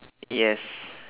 yes